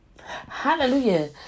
Hallelujah